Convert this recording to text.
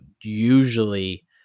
usually